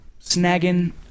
snagging